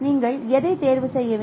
நீங்கள் எதை தேர்வு செய்ய வேண்டும்